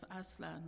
Aslan